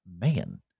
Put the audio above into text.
man